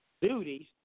duties